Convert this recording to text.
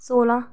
सोलां